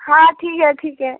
हाँ ठीक है ठीक है